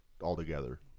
altogether